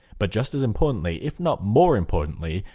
but just as importantly, if not more importantly,